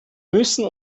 müssen